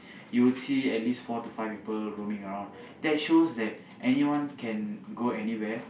you will see at least four to five people roaming around that shows that anyone can go anywhere